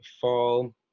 fall